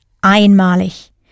Einmalig